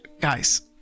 guys